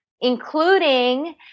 including